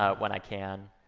ah when i can.